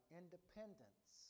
independence